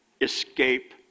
Escape